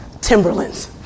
Timberlands